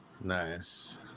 Nice